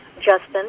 Justin